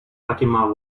fatima